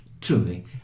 Truly